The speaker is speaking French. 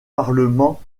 parlement